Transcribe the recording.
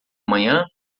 manhã